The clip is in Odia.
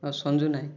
ଆଉ ସଞ୍ଜୁ ନାୟକ